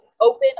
open